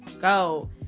Go